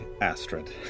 Astrid